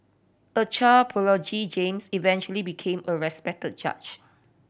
a child prodigy James eventually became a respected judge